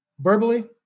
Verbally